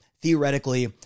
theoretically